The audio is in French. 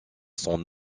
sont